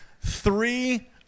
three